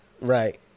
right